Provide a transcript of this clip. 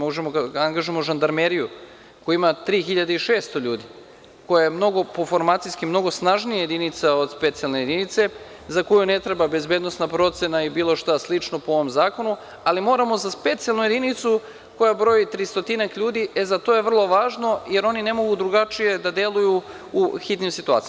Možemo da angažujemo žandarmeriju, koja ima 3.600 ljudi, koja je formacijski mnogo snažnija jedinica od specijalne jedinice, za koju ne treba bezbednosna procena i bilo šta slično po ovom zakonu, ali moramo za specijalnu jedinicu, koja broji tristotinak ljudi, e, za to je vrlo važno, jer oni ne mogu drugačije da deluju u hitnim situacijama.